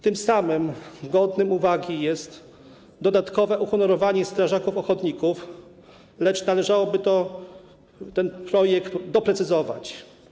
Tym samym godne uwagi jest dodatkowe uhonorowanie strażaków ochotników, lecz należałoby ten projekt doprecyzować.